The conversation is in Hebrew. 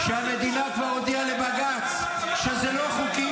שהמדינה כבר הודיעה לבג"ץ שזה לא חוקי